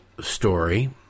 story